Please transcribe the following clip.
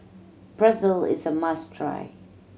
pretzel is a must try